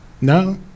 No